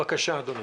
בבקשה, אדוני.